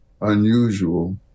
unusual